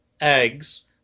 eggs